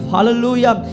Hallelujah